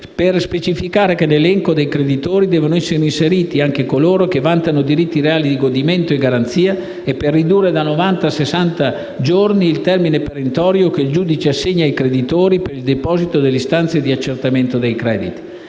per specificare che nell'elenco dei creditori devono essere inseriti anche coloro che vantano diritti reali di godimento o garanzia e per ridurre da novanta a sessanta giorni il termine perentorio che il giudice assegna ai creditori per il deposito delle istanze di accertamento dei crediti.